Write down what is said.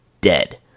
dead